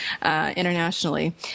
internationally